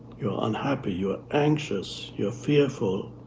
you're unhappy, you're anxious, you're fearful.